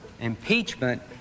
Impeachment